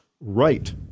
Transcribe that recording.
right